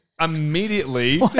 immediately